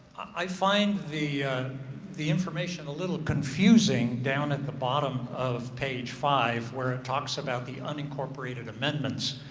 i find the the information a little confusing down at the bottom of page five where it talks about the unincorporated amendments.